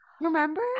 Remember